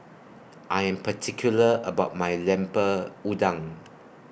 I Am particular about My Lemper Udang